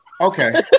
okay